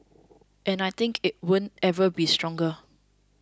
and I think it won't ever be stronger